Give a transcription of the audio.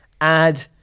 add